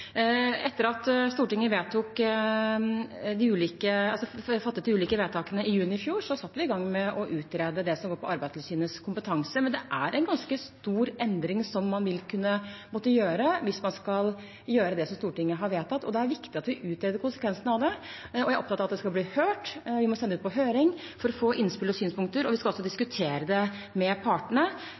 fattet de ulike vedtakene i juni i fjor, satte vi i gang med å utrede det som går på Arbeidstilsynets kompetanse. Men det er en ganske stor endring som man vil måtte gjøre hvis man skal gjøre det som Stortinget har vedtatt, og det er viktig at vi utreder konsekvensene av det. Jeg er opptatt av at man skal bli hørt. Vi må sende det ut på høring for å få innspill og synspunkter, og vi skal også diskutere med partene